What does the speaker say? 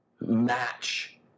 match